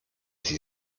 sie